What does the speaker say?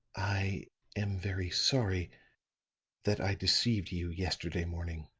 i am very sorry that i deceived you yesterday morning.